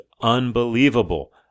unbelievable